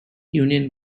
union